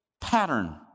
pattern